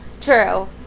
True